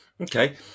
Okay